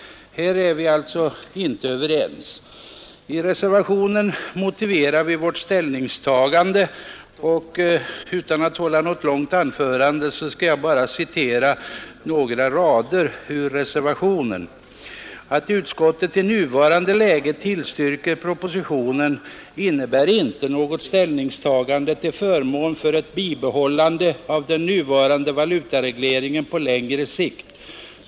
Här är vi alltså inte överens, utan en reservation har fogats till betänkandet. I stället för att hålla ett långt anförande skall jag bara citera några rader ur reservationen: ”Att utskottet i nuvarande läge tillstyrker propositionen innebär inte något ställningstagande till förmån för ett bibehållande av den nuvarande valutaregleringen på längre sikt.